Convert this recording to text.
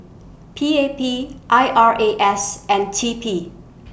P A P I R A S and T P